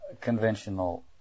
conventional